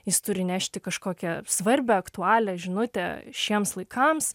jis turi nešti kažkokią svarbią aktualią žinutę šiems laikams